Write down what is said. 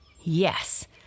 Yes